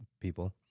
people